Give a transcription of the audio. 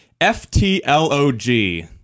F-T-L-O-G